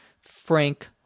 Frank